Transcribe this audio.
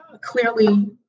clearly